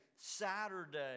Saturday